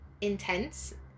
intense